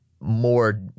more